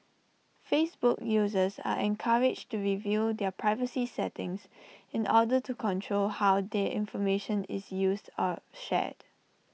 Facebook users are encouraged to review their privacy settings in order to control how their information is used or shared